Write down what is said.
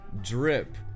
drip